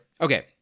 Okay